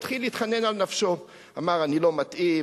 התחיל להתחנן על נפשו ואמר: אני לא מתאים,